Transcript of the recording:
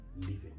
living